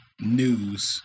news